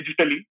digitally